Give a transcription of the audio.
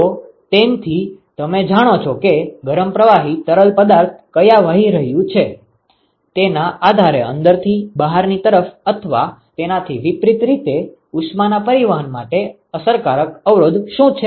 તોતેનથી તમે જાણો છો કે ગરમ પ્રવાહી તરલ પદાર્થ ક્યાં વહી રહ્યું છે તેના આધારે અંદરથી બહારની તરફ અથવા તેનાથી વિપરીત રીતે ઉષ્માના પરિવહન માટે અસરકારક અવરોધ શું છે